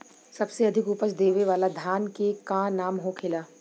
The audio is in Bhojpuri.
सबसे अधिक उपज देवे वाला धान के का नाम होखे ला?